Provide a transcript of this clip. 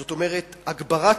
זאת אומרת, הגברת